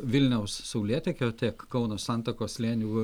vilniaus saulėtekio tiek kauno santakos slėnių